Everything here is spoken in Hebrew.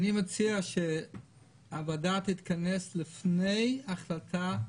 אני מציע שהוועדה תתכנס לפני החלטה,